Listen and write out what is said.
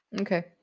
okay